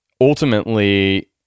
ultimately